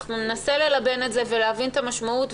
ננסה ללבן את זה ולהבין את המשמעות,